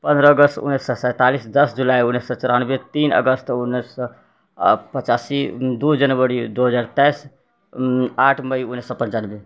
पन्द्रह अगस्त उन्नैस सए सेतालिस दस जुलाइ उन्नैस सए चौरानवे तीन अगस्त उन्नैस सए पचासी दू जनवरी दू हजर तेइस आठ मइ उन्नैस सए पञ्चानबे